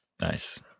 Nice